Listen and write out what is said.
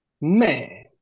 Man